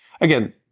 again